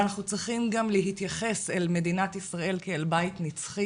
אנחנו צריכים גם להתייחס אל מדינת ישראל כאל בית נצחי